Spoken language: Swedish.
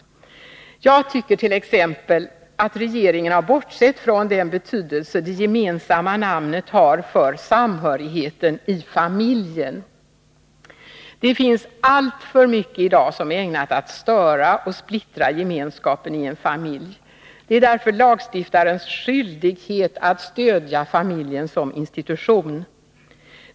Jag tycker t.ex. att regeringen har bortsett från den betydelse som det gemensamma namnet har för samhörigheten i familjen. Det finns i dag alltför mycket som är ägnat att störa och splittra gemenskapen i en familj. Det är därför lagstiftarens skyldighet att stödja familjen som institution.